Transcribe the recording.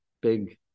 big